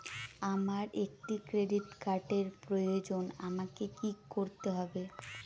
আমার একটি ক্রেডিট কার্ডের প্রয়োজন আমাকে কি করতে হবে?